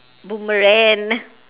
boomerang